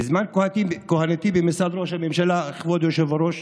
בזמן כהונתי במשרד ראש הממשלה, כבוד היושב-ראש,